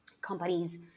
companies